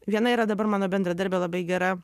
viena yra dabar mano bendradarbė labai gera